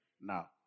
now